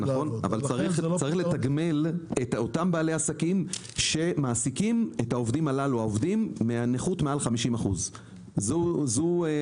אבל צריך לתגמל את אותם בעלי עסקים שמעסיקים נכים עם 50% ויותר.